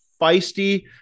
feisty